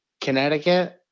Connecticut